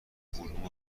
علوم